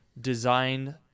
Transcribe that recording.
design